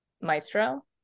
Maestro